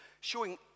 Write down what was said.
showing